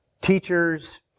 teachers